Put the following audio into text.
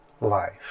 life